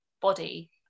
body